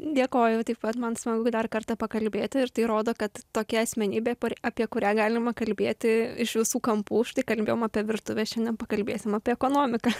dėkoju taip pat man smagu dar kartą pakalbėti ir tai rodo kad tokia asmenybė apie kurią galima kalbėti iš visų kampų štai kalbėjom apie virtuvę šiandien pakalbėsim apie ekonomiką